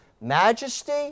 majesty